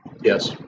Yes